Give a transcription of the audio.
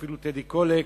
אפילו, טדי קולק,